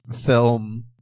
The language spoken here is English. film